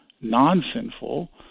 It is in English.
non-sinful